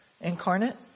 incarnate